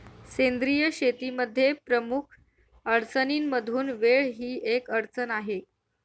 सेंद्रिय शेतीमध्ये प्रमुख अडचणींमधून वेळ ही एक अडचण आहे